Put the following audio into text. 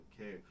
okay